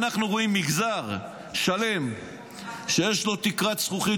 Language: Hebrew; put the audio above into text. אנחנו רואים מגזר שלם שיש לו תקרת זכוכית